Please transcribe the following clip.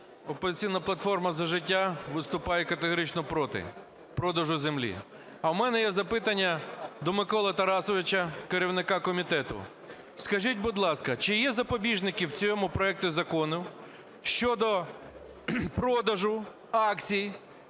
"Опозиційна платформа - За життя" виступає категорично проти продажу землі. А в мене є запитання до Миколи Тарасовича – керівника комітету. Скажіть, будь ласка, чи є запобіжники в цьому проекті закону щодо продажу акцій